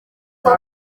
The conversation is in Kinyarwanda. koko